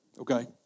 Okay